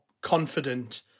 confident